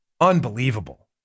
Unbelievable